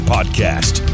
Podcast